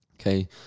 Okay